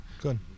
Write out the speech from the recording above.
good